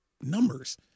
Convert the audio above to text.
numbers